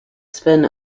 spin